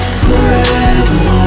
forever